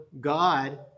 God